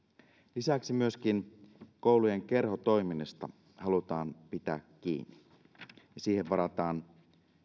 lisäksi myöskin koulujen kerhotoiminnasta halutaan pitää kiinni ja siihen varataan